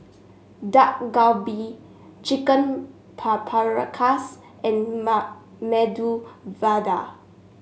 Dak Galbi Chicken Paprikas and Medu Vada